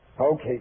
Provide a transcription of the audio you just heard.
Okay